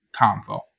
convo